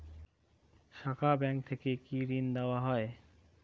শাখা ব্যাংক থেকে কি ঋণ দেওয়া হয়?